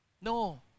No